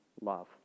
love